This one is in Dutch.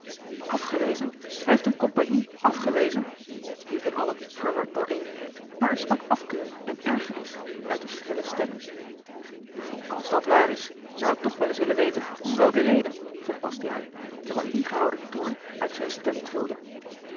afgewezen hij heeft eene compagnie afgewezen riepen allen verward dooreen maar er sprak afkeuring en ergernis uit die schrille stemmen als dat waar is zou ik toch wel eens willen weten om welke reden vroeg bastiaan terwijl ingehouden toorn uit zijne stem trilde